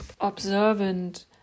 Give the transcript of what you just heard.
observant